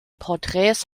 porträts